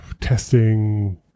testing